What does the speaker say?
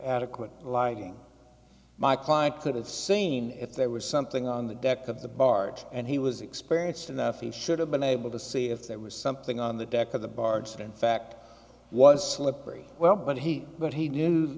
adequate lighting my client could have seen if there was something on the deck of the barge and he was experienced enough he should have been able to see if there was something on the deck of the barge in fact was slippery well but he but he